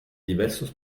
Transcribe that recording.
diversos